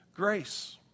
Grace